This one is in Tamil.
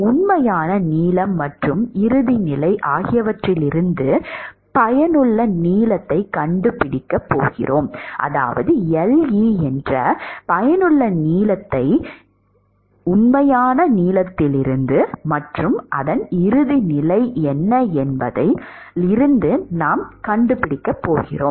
உண்மையான நீளம் மற்றும் இறுதி நிலை ஆகியவற்றிலிருந்து பயனுள்ள நீளத்தைக் கண்டுபிடிப்பதாகும் அதாவது le என்ற பயனுள்ள நீளத்தை உண்மையான நீளத்திலிருந்து மற்றும் அதன் இறுதி நிலை என்ன என்பதை நாம் கண்டுபிடிக்கலாம்